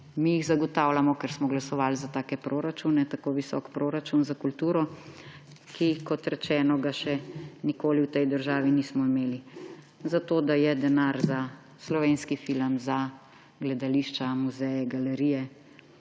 Mi jih zagotavljamo, ker smo glasovali za takšne proračune, tako visok proračun za kulturo, ki kot rečeno, ga še nikoli v tej državi nismo imeli, zato da je denar za slovenski film, za gledališča, muzeje, galerije,